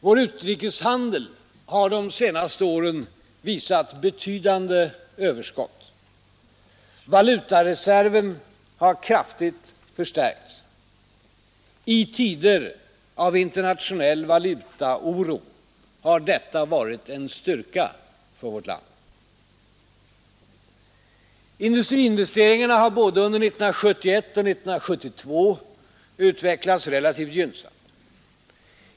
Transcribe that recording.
Vår utrikeshandel har de senaste åren visat betydande överskott. Valutareserven har kraftigt förstärkts. I tider av internationell valutaoro har detta varit en styrka för vårt land. Industriinvesteringarna har under både 1971 och 1972 utvecklats relativt gynnsamt.